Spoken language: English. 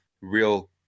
real